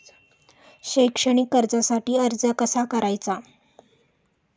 शैक्षणिक कर्जासाठी अर्ज कसा करायचा?